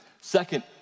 Second